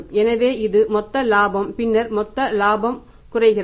எனவே இது மொத்த இலாபம் பின்னர் மொத்த இலாபம் குறைகிறது